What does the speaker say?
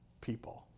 people